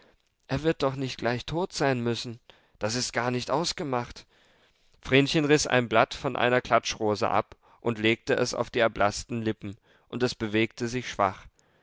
er wird doch nicht gleich tot sein müssen das ist gar nicht ausgemacht vrenchen riß ein blatt von einer klatschrose ab und legte es auf die erblaßten lippen und es bewegte sich schwach